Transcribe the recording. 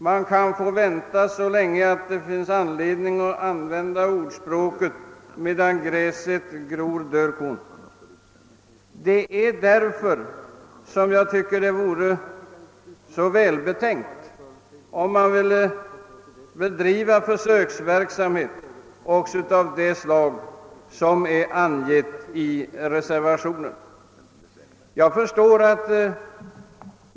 Vi kan vänta så länge att det finns anledning citera det gamla ordspråket »Medan gräset gror, dör kon.» Därför anser jag det vara välbetänkt att bedriva även sådan försöksverksamhet som är angiven i reservationen 1.